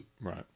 Right